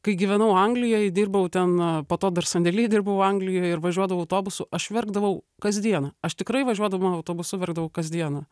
kai gyvenau anglijoj dirbau ten po to dar sandėly dirbau anglijoj ir važiuodavau autobusu aš verkdavau kas dieną aš tikrai važiuodama autobusu verkdavau kas dieną